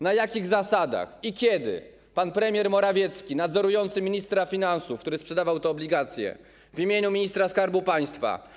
Na jakich zasadach i kiedy pan premier Morawiecki, nadzorujący ministra finansów, który sprzedawał te obligacje w imieniu ministra Skarbu Państwa.